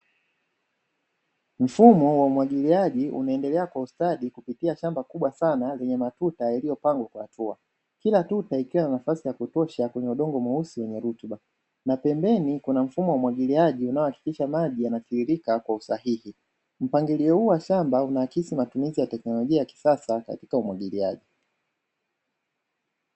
Mfumo wa umwagiliaji, unaendeleea kwa ustadi kupitia shamba kubwa sana lenye matuta yaliyopangwa kwa hatua, kila tuta likiwa na nafasi ya kutosha kwenye udongo mweusi wenye rutuba na pembeni kuna mfumo wa umwagiliaji unaohakikisha maji yanatiririka kwa usahihi. Mpangilio huu wa shamba unaakisi matumizi ya teknolojia ya kisasa katika umwagiliaji.